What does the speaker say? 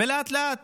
ולאט-לאט